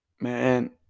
man